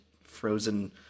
frozen